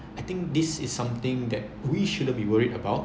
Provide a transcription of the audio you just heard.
I think this is something that we shouldn't be worried about